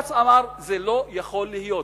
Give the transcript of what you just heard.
ובג"ץ אמר: זה לא יכול להיות,